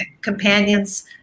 Companions